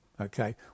okay